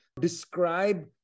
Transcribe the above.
describe